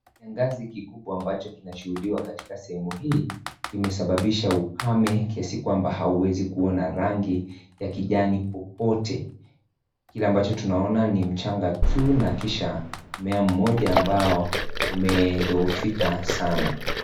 Kiangazi kibwa ambacho kimeshuhudiwa katika sehemu hii kimesababisha ukame kiasi kwamba hauwezi kuona rangi ya kijani popote ,kile ambacho tunaona ni mchanga tu na kisha mmea mmoja ambao umedhohofika sana,